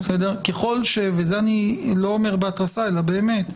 ואני לא אומר בהתרסה אלא באמת.